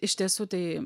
iš tiesų tai